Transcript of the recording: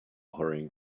hurrying